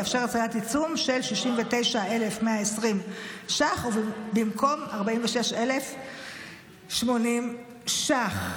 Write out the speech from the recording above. תאפשר הטלת עיצום של 69,120 שקלים במקום 46,080 שקלים.